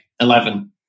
Eleven